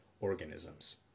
organisms